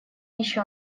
еще